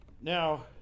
Now